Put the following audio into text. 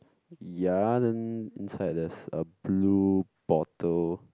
ya then inside there's a blue bottle